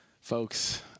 Folks